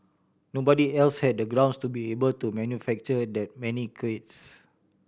nobody else had the grounds to be able to manufacture that many crates